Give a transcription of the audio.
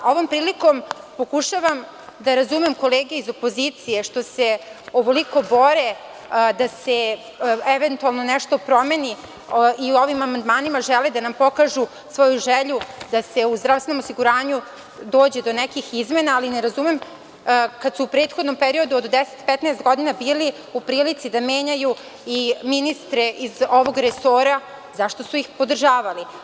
Ovom prilikom pokušavam da razumem kolege iz opozicije što se ovoliko bore da se eventualno nešto promeni i u ovim amandmanima žele da nam pokažu svoju želju da se u zdravstvenom osiguranju dođe do nekih izmena, ali ne razumem kada su u prethodnom periodu od 10, 15 godina bili u prilici da menjaju i ministre iz ovog resora, zašto su ih podržavali.